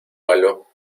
palo